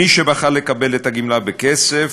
מי שבחר לקבל את הגמלה בכסף,